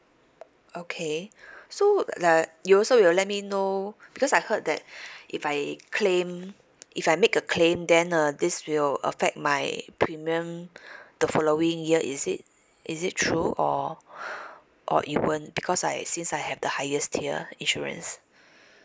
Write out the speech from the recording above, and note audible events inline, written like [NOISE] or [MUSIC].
okay [BREATH] so like you also you'll let me know because I heard that [BREATH] if I claim if I make a claim then uh this will affect my premium [BREATH] the following year is it is it true or [BREATH] or it won't because I since I have the highest tier insurance [BREATH]